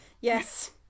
Yes